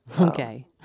Okay